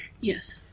Yes